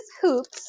hoops